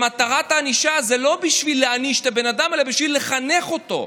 יודע שמטרת הענישה זה לא בשביל להעניש את הבן אדם אלא בשביל לחנך אותו.